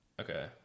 Okay